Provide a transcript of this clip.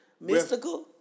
Mystical